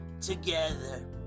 together